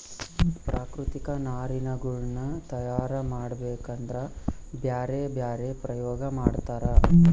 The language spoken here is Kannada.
ಪ್ರಾಕೃತಿಕ ನಾರಿನಗುಳ್ನ ತಯಾರ ಮಾಡಬೇಕದ್ರಾ ಬ್ಯರೆ ಬ್ಯರೆ ಪ್ರಯೋಗ ಮಾಡ್ತರ